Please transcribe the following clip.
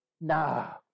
no